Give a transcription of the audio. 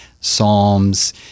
Psalms